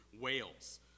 Wales